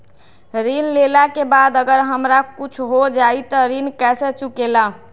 ऋण लेला के बाद अगर हमरा कुछ हो जाइ त ऋण कैसे चुकेला?